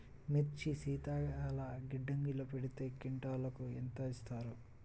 మిర్చి శీతల గిడ్డంగిలో పెడితే క్వింటాలుకు ఎంత ఇస్తారు?